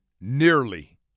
nearly